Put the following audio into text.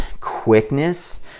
quickness